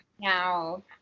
now